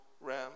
ram